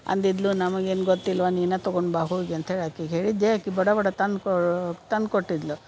ಅಂದಿದ್ಲು ನಮಗೇನು ಗೊತ್ತಿಲ್ಲವಾ ನೀನು ತಗೊಂಡು ಬಾ ಹೋಗಿ ಅಂತೇಳಿ ಆಕಿಗೆ ಹೇಳಿದ್ದೆ ಆಕಿ ಬಡ ಬಡ ತಂದು ಕೋ ತಂದು ಕೊಟ್ಟಿದ್ಲು